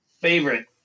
Favorite